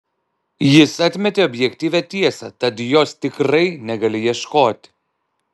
jis atmetė objektyvią tiesą tad jos tikrai negali ieškoti